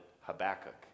Habakkuk